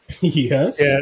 Yes